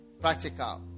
Practical